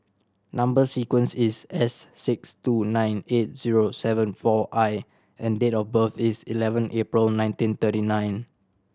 number sequence is S six two nine eight zero seven four I and date of birth is eleven April nineteen thirty nine